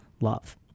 love